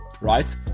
right